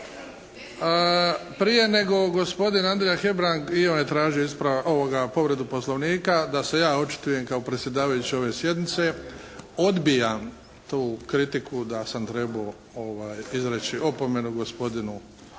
Prije nego gospodin Andrija Hebrang, …/Govornik se ne razumije./… je tražio ispravak, povredu Poslovnika, da se ja očitujem kao predsjedavajući ove sjednice. Odbijam tu kritiku da sam trebao izreći opomenu gospodinu